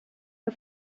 hij